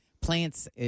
Plants